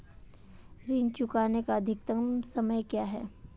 ऋण चुकाने का अधिकतम समय क्या है?